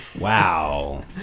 Wow